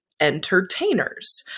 entertainers